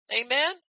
Amen